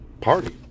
party